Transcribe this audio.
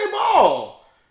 ball